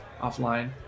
offline